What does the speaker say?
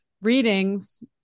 readings